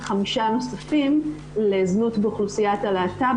וחמישה נוספים לזנות באוכלוסיית הלהט"ב,